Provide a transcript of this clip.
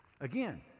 Again